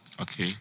Okay